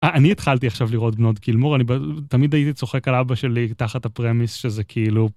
אה, אני התחלתי עכשיו לראות בנות גילמור, אני תמיד הייתי צוחק על אבא שלי תחת הפרמיס שזה כאילו...